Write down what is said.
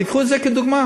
תיקחו את זה כדוגמה.